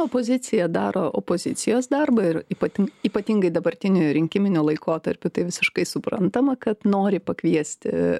opozicija daro opozicijos darbą ir ypatin ypatingai dabartiniu rinkiminiu laikotarpiu tai visiškai suprantama kad nori pakviesti